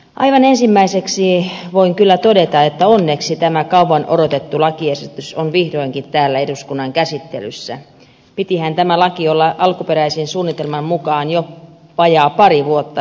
aivan ensimmäiseksi voin kyllä todeta että onneksi tämä kauan odotettu lakiesitys on vihdoinkin täällä eduskunnan käsittelyssä pitihän tämän olla alkuperäisen suunnitelman mukaan jo vajaa pari vuotta sitten